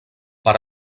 per